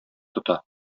тота